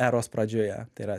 eros pradžioje tai yra